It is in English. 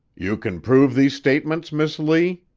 you can prove these statements, miss lee?